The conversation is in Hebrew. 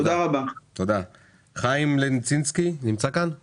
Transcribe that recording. נכון לעכשיו אין תכנית גמילה מסיגריות אלקטרוניות שהיא תכנית מוכחת,